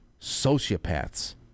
sociopaths